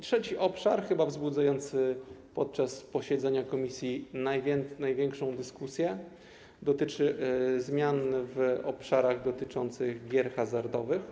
Trzeci obszar, chyba wzbudzający podczas posiedzenia komisji największą dyskusję, obejmuje zmiany w obszarach dotyczących gier hazardowych.